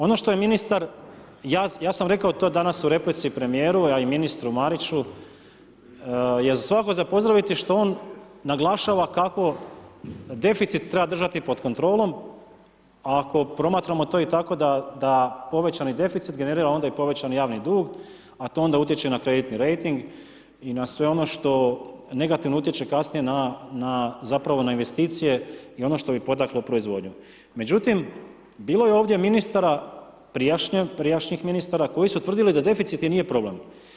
Ono što je ministar, ja sam rekao to danas u replici premjeru a i ministru Mariću, je svakako za pozdraviti što on naglašava kako deficit treba držati pod kontrolom, ako promatramo to tako da povećani deficit generira onda i povećani javni dug, a to onda utječe na kreditni rejting i na sve ono što negativno utječe kasnije na zapravo investicije i ono što bi potaklo proizvodnju, međutim bilo je ovdje ministara, prijašnjih ministara koji su tvrdili da deficit i nije problem.